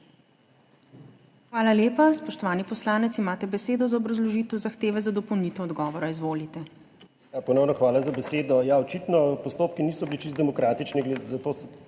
Hvala lepa. Spoštovani poslanec, imate besedo za obrazložitev zahteve za dopolnitev odgovora. Izvolite. **RADO GLADEK (PS SDS):** Ponovno hvala za besedo. Očitno postopki niso bili čisto demokratični,